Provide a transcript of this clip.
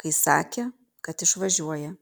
kai sakė kad išvažiuoja